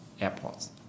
airports